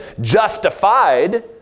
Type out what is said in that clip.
justified